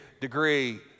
degree